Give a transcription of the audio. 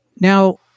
now